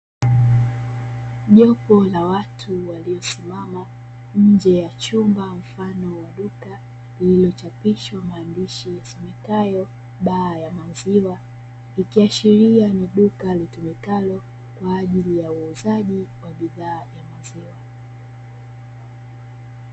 Jopo la watu waliyosimama nje ya chumba mfano wa duka lililochapishwa maandishi yasomekayo baa ya maziwa, ikiashiria ni duka litumikalo kwa ajili ya uuzaji wa bidhaa ya maziwa.